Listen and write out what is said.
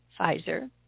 Pfizer